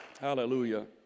Hallelujah